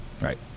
Right